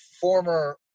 former